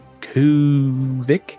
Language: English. Kuvik